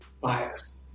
bias